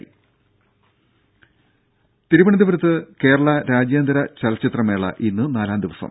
ദേദ തിരുവനന്തപുരത്ത് കേരളാ രാജ്യാന്തര ചലച്ചിത്ര മേള ഇന്ന് നാലാം ദിവസം